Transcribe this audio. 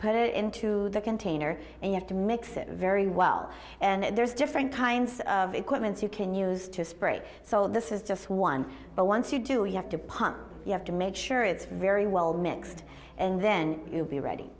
put it into the container and you have to mix it very well and there's different kinds of equipments you can use to spray so this is just one but once you do you have to palm you have to make sure it's very well mixed and then you'll be ready